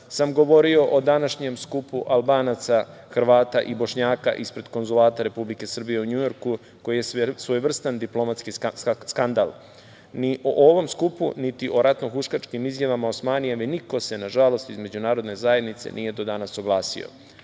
sam govorio o današnjem skupu Albanaca, Hrvata i Bošnjaka ispred Konzulata Republike Srbije u Njujorku, koji je svojevrstan diplomatski skandal. Ni o ovom skupu, niti o ratnohuškačkim izjavama Osmanijeve niko se, nažalost, iz međunarodne zajednice nije do danas